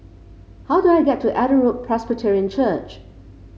how do I get to Adam Road Presbyterian Church